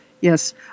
Yes